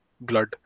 blood